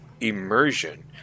immersion